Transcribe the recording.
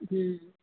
હમ